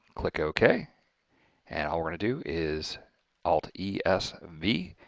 click ok and all we're going to do is alt e s v,